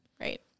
Right